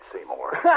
Seymour